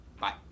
Bye